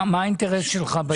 תאמר מה האינטרס שלך בעניין הזה.